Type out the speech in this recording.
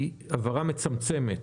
היא הבהרה מצמצמת,